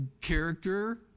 character